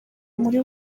muri